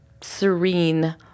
serene